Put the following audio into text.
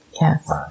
Yes